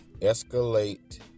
escalate